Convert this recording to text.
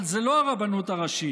אבל זו לא הרבנות הראשית,